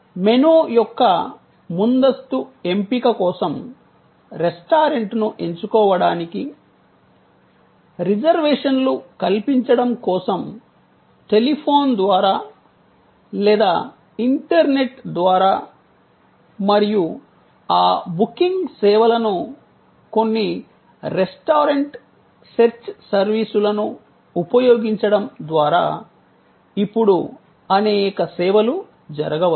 menu యొక్క ముందస్తు ఎంపిక కోసం రెస్టారెంట్ను ఎంచుకోవడానికి రిజర్వేషన్లు కల్పించడం కోసం టెలిఫోన్ ద్వారా లేదా ఇంటర్నెట్ ద్వారా మరియు ఆ బుకింగ్ సేవలను కొన్ని రెస్టారెంట్ సెర్చ్ సర్వీసులను ఉపయోగించడం ద్వారా ఇప్పుడు అనేక సేవలు జరగవచ్చు